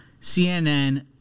CNN